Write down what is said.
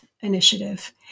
initiative